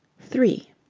three